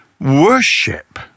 worship